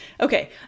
Okay